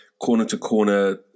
corner-to-corner